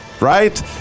Right